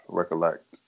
recollect